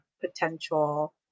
potential